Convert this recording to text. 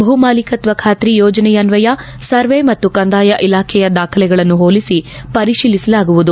ಭೂಮಾಲಿಕತ್ತ ಬಾತ್ರಿ ಯೋಜನೆಯನ್ನಯ ಸರ್ವೆ ಮತ್ತು ಕಂದಾಯ ಇಲಾಖೆಯ ದಾಖಲೆಗಳನ್ನು ಹೋಲಿಸಿ ಪರಿಶೀಲಿಸಲಾಗುವುದು